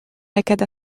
lakaat